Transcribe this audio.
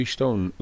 Stone